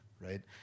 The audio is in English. right